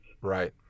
Right